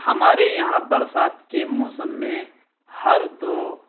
ہمارے یہاں برسات کے موسم میں ہر دو